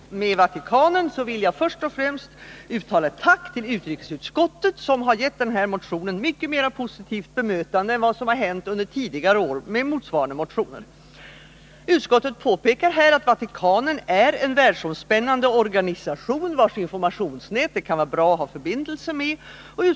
Herr talman! Som motionär angående Sveriges förbindelser med Vatikanen vill jag först och främst uttala ett tack till utrikesutskottet, som har gett motionen ett mycket mera positivt bemötande än det som motsvarande motioner rönt under tidigare år. Utskottet påpekar att Vatikanen är en världsomspännande organisation, vars informationsnät det kan vara bra att ha förbindelse med.